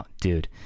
Dude